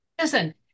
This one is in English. Listen